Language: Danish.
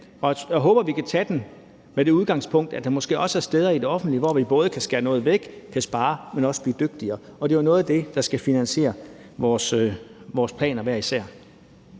og jeg håber, vi kan tage den med det udgangspunkt, at der måske også er steder i det offentlige, hvor vi både kan skære noget væk, kan spare, men også blive dygtigere. Og det er jo noget af det, der skal finansiere vores planer. Kl.